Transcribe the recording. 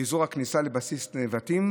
באזור הכניסה לבסיס נבטים,